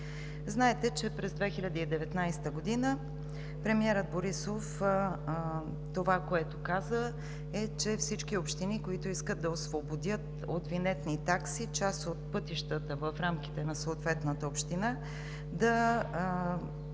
Знаете, че през 2029 г. премиерът Борисов каза, че всички общини, които искат да освободят от винетни такси част от пътищата в рамките на съответната община, да вземат